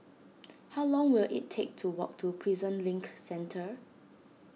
how long will it take to walk to Prison Link Centre